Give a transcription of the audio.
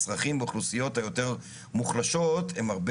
הצרכים באוכלוסיות היותר מוחלשות הם הרבה